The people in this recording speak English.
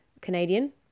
Canadian